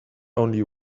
only